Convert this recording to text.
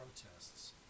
protests